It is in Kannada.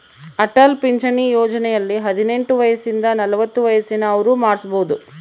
ಅಟಲ್ ಪಿಂಚಣಿ ಯೋಜನೆಯಲ್ಲಿ ಹದಿನೆಂಟು ವಯಸಿಂದ ನಲವತ್ತ ವಯಸ್ಸಿನ ಅವ್ರು ಮಾಡ್ಸಬೊದು